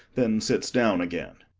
then sits down again.